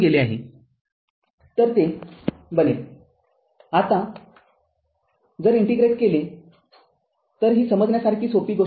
तर ते c ∫ t v dv बनेल आताजर इंटिग्रेट केले तर ही समजण्यासारखी सोपी गोष्ट आहे